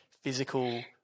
physical